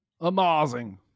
Amazing